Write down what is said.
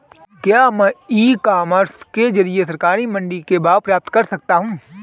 क्या मैं e commerce के ज़रिए सरकारी मंडी के भाव पता कर सकता हूँ?